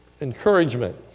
Encouragement